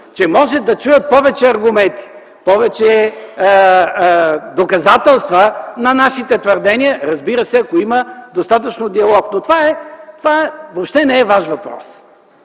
че може да чуят повече аргументи, повече доказателства на нашите твърдения, разбира се, ако има достатъчен диалог. Но това въобще не е ваш въпрос.